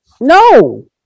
No